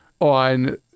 on